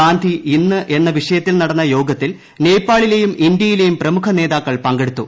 ഗാന്ധി ഇന്ന് എന്ന വിഷയത്തിൽ നടന്ന യോഗത്തിൽ നേപ്പാളിലേയും ഇന്തൃയിലേയും പ്രമുഖ നേതാക്കൾ പങ്കെടുത്തു